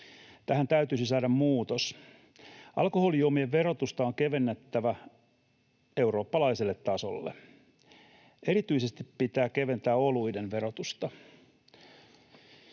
Tähän täytyisi saada muutos. Alkoholijuomien verotusta on kevennettävä eurooppalaiselle tasolle. Erityisesti pitää keventää oluiden verotusta.